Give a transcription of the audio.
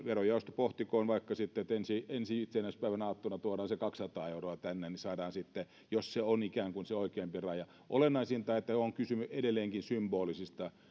verojaosto pohtikoon tätä olisi vaikka sitten niin että ensi itsenäisyyspäivän aattona tuodaan se kaksisataa euroa tänne niin että saadaan sitten se jos se on ikään kuin se oikeampi raja olennaisinta on se että on kysymys edelleenkin symbolisista